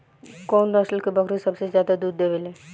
कउन नस्ल के बकरी सबसे ज्यादा दूध देवे लें?